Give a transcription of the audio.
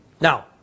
Now